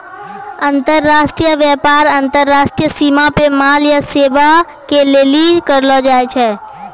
अन्तर्राष्ट्रिय व्यापार अन्तर्राष्ट्रिय सीमा पे माल या सेबा के लेली करलो जाय छै